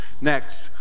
Next